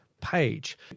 page